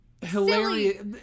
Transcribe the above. hilarious